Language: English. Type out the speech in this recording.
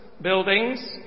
buildings